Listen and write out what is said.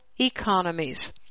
economies